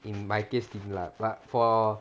in my case lah but for